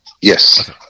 Yes